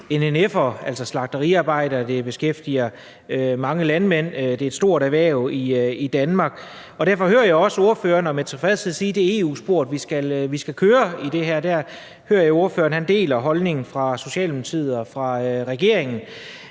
NNF'ere, altså slagteriarbejdere, og mange landmænd. Det er et stort erhverv i Danmark, og derfor hører jeg også med tilfredshed ordføreren sige, at det er EU-sporet, vi skal køre i her. Der hører jeg, at ordføreren deler holdning med Socialdemokratiet og regeringen.